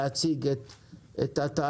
להציג את התהליכים,